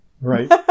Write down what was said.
Right